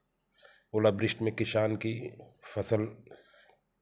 ओला वृष्टि में किसान की फसल